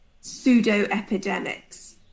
pseudo-epidemics